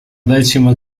decima